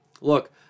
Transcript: look